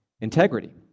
integrity